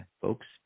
folks